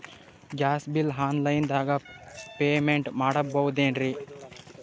Gas bill online ದಾಗ payment ಮಾಡಬೋದೇನ್ರಿ?